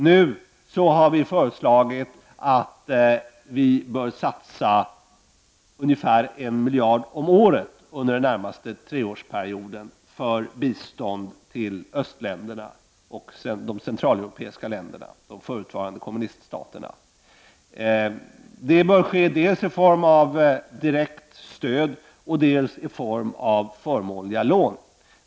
Nu har vi föreslagit att vi bör satsa ungefär 1 miljard om året under den närmaste treårsperioden för bistånd till östländerna och de centraleuropeiska länderna; de förutvarande kommuniststaterna. Det bör ske dels i form av direkt stöd, dels i form av förmånliga lån.